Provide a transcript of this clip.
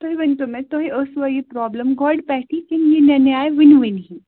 تُہۍ ؤنتو مےٚ تۄہہِ ٲسوٕ یہِ پرابلِم گۄڑٕ پٮ۪ٹھٕے کِنہٕ یہِ نَنیوٕ وٕنہِ وٕنی